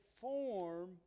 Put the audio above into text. form